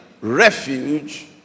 refuge